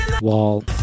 Wall